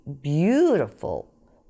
beautiful